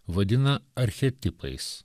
vadina archetipais